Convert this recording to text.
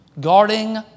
Guarding